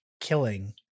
killing